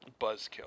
buzzkill